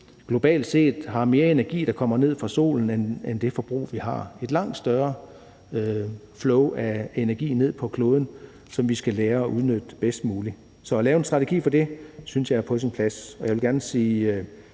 globalt set har mere energi, der kommer fra solen, end vi forbruger. Det er et langt større energiflow, der kommer ned på kloden, som vi skal lære at udnytte bedst muligt. Så at lave en strategi for det synes jeg er på sin plads.